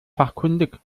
fachkundig